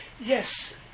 Yes